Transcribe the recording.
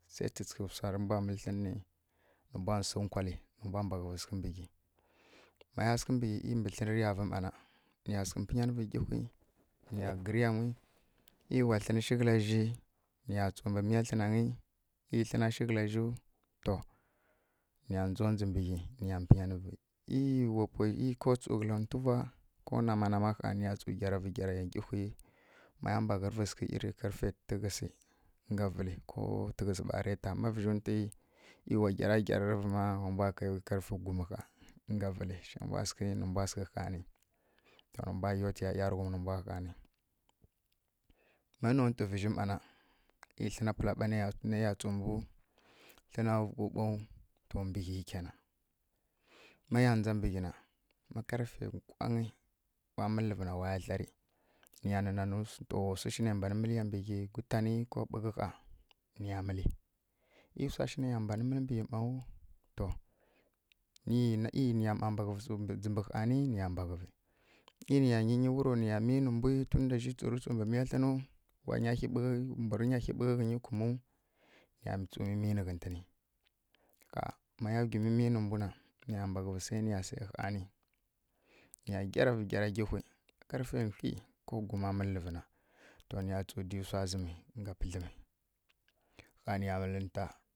Se tsǝtsǝghǝ wsa rǝmbwa mǝllǝ tlǝnǝ ni nǝ mbwa si nkwali nǝ mbwa sǝghǝ mbwǝ ghi maya sǝghǝ mbǝ ghi e mbǝ tlǝnǝ riya vǝnna to niya mpinyanǝvi gyuwhi niya gǝrǝ yamwi ei wa tlǝnǝ shi kǝla zji nuya tsu mbǝ miya tlǝnanyi e tlǝnashi kǝlazjiu to niya ndzondzǝ mbǝ ghi niya mpǝnyanǝvi e wa pwai ko tsu kǝla ntuvwa ko nama nama ɦaa niya tsu gyaravǝ gyaranyi gyuwhi maya mbaghǝrǝvǝ sǝghi ko karfe tǝghǝsi nga vǝli ko tǝghǝsǝ ɓa reta ma vǝzji nwtima wambwa aki karfe gum ɦaa nga vǝllǝ zje mbwa sǝghi nǝ mbwa sǝghi njihi nǝ mbwa yotiya ˈyarǝghum nǝmbwa ɦaani ma nontǝ vǝzji ma na e tlǝna pǝla ɓa neya tsu mǝlu tlǝna vwughǝ ɓau to mbǝ ghi yi kenan maya ndza mbǝ ghi na ma karfe nkwanyi wa mǝllǝvǝ na waya tlari niya nǝnani mi wa wsu shi ne mbanǝ mǝllǝya mbǝ ghi gutani ko ɓughǝ ɦaa niya mǝli e wsa shi neya mbanǝ mǝlǝ mbǝn ghi ˈma wi to e niya ˈma mbaghǝvǝ tsu mbǝ niya ˈma ɦaani niya mbaghǝvi e niya nyinyi wuro niya miy nǝ mbu to tunda zji tsurǝ tsu mbe miya tlǝnu wa nya hyi ɓughi mbwa rǝnya ɦi ɓughǝ ghǝnyi kummu niya tsu miy miy nǝ ghǝtǝn maya wgi miy miy nǝ mbu na niya mbeghǝvǝ se niya ɦaani niya mpǝnyanǝvǝ ma karfe kwli ko guma mǝllǝvǝ na to niya stu di wsa zǝmi nga pǝdlǝmi ɦaa niya mǝlǝ nta